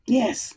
yes